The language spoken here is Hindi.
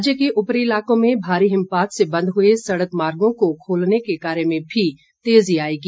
राज्य के उपरी इलाकों में भारी हिमपात से बंद हुए सड़क मार्गों को खोलने के कार्य में भी तेजी आएगी